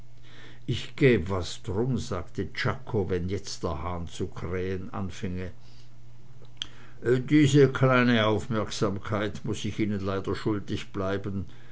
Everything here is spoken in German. ich gäbe was drum sagte czako wenn jetzt der hahn zu krähen anfinge diese kleine aufmerksamkeit muß ich ihnen leider schuldig bleiben